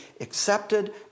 accepted